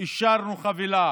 אישרנו חבילה